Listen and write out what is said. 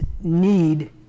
need